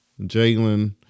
Jalen